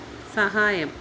സഹായം